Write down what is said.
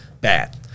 bad